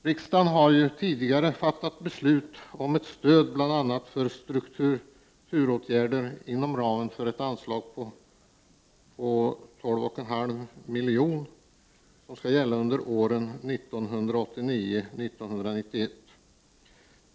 Riksdagen har ju tidigare fattat beslut om stöd för bl.a. strukturåtgärder inom ramen för ett anslag om 12,5 milj.kr. som skall gälla under åren 1989 till 1991.